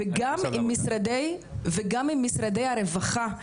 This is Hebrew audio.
וגם משרדי הרווחה.